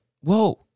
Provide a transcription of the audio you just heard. Whoa